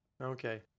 Okay